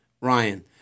ryan